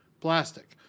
plastic